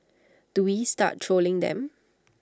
do we start trolling them